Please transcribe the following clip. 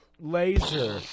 laser